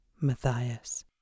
Matthias